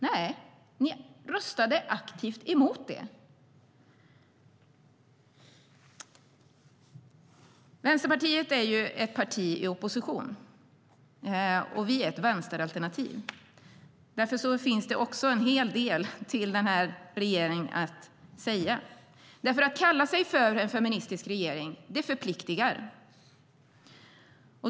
Nej, det röstade de aktivt emot. Vänsterpartiet är ett parti i opposition, och vi är ett vänsteralternativ. Därför finns det en hel del att säga till regeringen. Att kalla sig för en feministisk regering förpliktar.